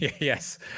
Yes